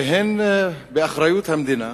והם באחריות המדינה